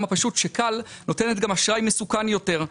הפשוט ש-כאל נותנת גם אשראי מסוכן יותר.